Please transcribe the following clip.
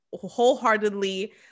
wholeheartedly